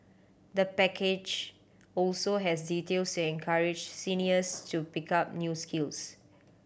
the package also has details encourage seniors to pick up new skills